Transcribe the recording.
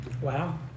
Wow